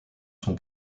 son